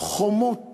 חומות